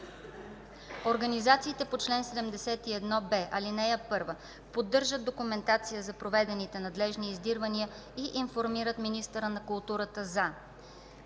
Организациите по чл. 71б, ал. 1 поддържат документация за проведените надлежни издирвания и информират министъра на културата за: